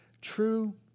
True